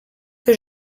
que